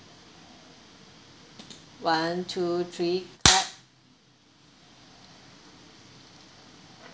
one two three clap